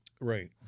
Right